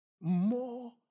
More